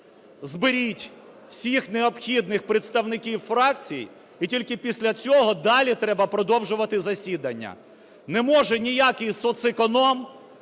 Зберіть всіх необхідних представників фракцій, і тільки після цього далі треба продовжувати засідання. Не може ніякий соцеконом,